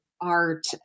art